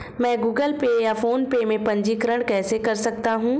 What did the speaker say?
मैं Google Pay या PhonePe में पंजीकरण कैसे कर सकता हूँ?